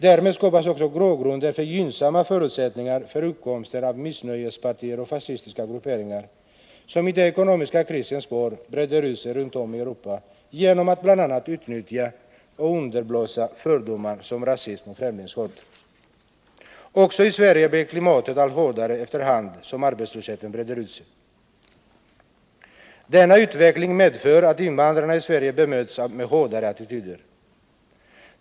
Därmed skapas också grogrunden och gynnsamma förutsättningar för uppkomsten av missnöjespartier och fascistiska grupperingar, som i den ekonomiska krisens spår breder ut sig runt om i Europa genom att bl.a. utnyttja och underblåsa fördomar som rasism och främlingshat. Också i Sverige blir klimatet allt hårdare efter hand som arbetslösheten breder ut sig. Denna utveckling medför att invandrarna i Sverige bemöts med hårdare attityder.